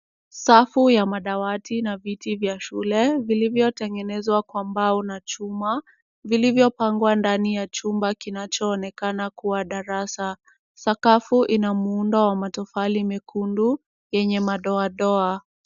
Safu ya madawati na viti vya shule vilivyotengenezwa kwa mbao na chuma vilivyopangwa ndani ya chumba kinachoonekana kuwa darasa. Sakafu ina muundo wa matofali mekundu yenye madoadoa.